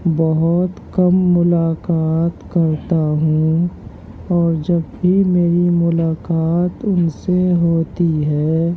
بہت کم ملاقات کرتا ہوں اور جب بھی میری ملاقات ان سے ہوتی ہے